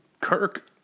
Kirk